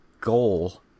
goal